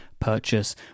purchase